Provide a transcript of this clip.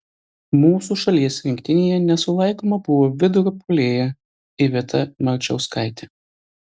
mūsų šalies rinktinėje nesulaikoma buvo vidurio puolėja iveta marčauskaitė